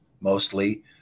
mostly